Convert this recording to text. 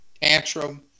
Tantrum